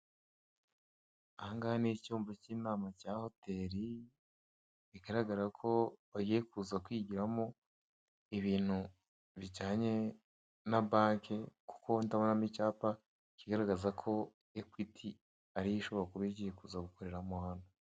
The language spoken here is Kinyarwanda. Aha ngaha ni icyumba k'inama ya hoteli bigaragara ko bagiye kuza kwigiramo ibintu bujyanye na banki kuko ndabonamo icyapa kigaragaza ko ekwiti ariyo ishobora kuba igiye kuza gukoreramo hano.